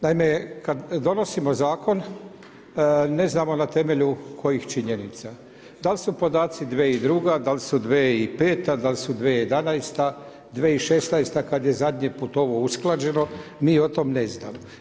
Naime, kad donosimo zakon ne znamo na temelju kojih činjenica, da li su podaci 2002., da li su 2005., da li su 2011., 2016. kad je zadnji put ovo usklađeno mi o tom ne znamo.